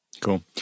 Cool